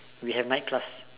we have night class